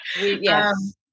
Yes